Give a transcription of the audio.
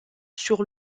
sur